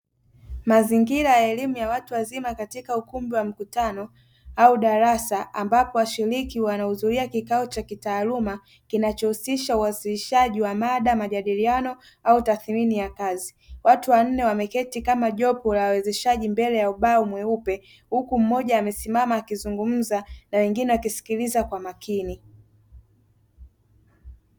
Mazingira ya elimu ya watu wazima katika ukumbi wa mkutano au darasa, ambapo washiriki wanahudhuria kikao cha kitaaluma kinachohusisha uwasilishaji wa mada majadiliano au tathmini ya kazi, watu wanne wameketi kama jopo la wawezeshaji mbele ya ubao mweupe huku mmoja amesimama akizungumza na wengine wakisikiliza kwa makini.